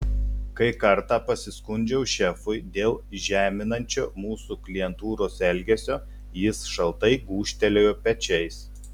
kai kartą pasiskundžiau šefui dėl žeminančio mūsų klientūros elgesio jis šaltai gūžtelėjo pečiais